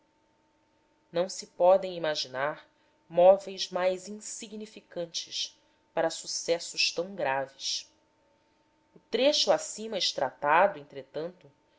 não se podem imaginar móveis mais insignificantes para sucessos tão graves o trecho acima extratado entretanto